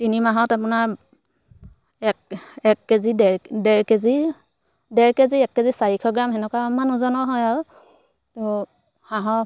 তিনি মাহত আপোনাৰ এক এক কেজি ডেৰ ডেৰ কেজি ডেৰ কেজি এক কেজি চাৰিশ গ্ৰাম তেনেকুৱা মান ওজনৰ হয় আৰু ত' হাঁহৰ